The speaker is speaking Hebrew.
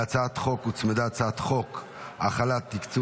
להצעת החוק הוצמדה הצעת חוק החלת תקצוב